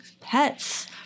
pets